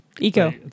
Eco